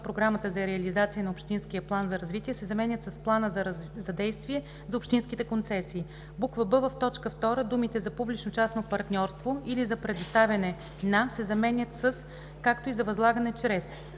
програмата за реализация на общинския план за развитие“ се заменят с „плана за действие за общинските концесии“; бб) в т. 2 думите „за публично-частно партньорство или за предоставяне на“ се заменят с „както и за възлагане чрез“;